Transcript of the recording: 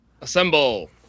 Assemble